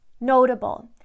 Notable